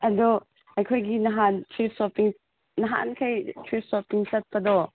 ꯑꯗꯣ ꯑꯩꯈꯣꯏꯒꯤ ꯅꯍꯥꯟ ꯊ꯭ꯔꯤꯐ ꯁꯣꯞꯄꯤꯡ ꯅꯍꯥꯟꯈꯩ ꯊ꯭ꯔꯤꯐ ꯁꯣꯞꯄꯤꯡ ꯆꯠꯄꯗꯣ